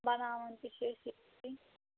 بَناوَان تہِ چھِ أسۍ ییٚتی